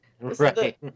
Right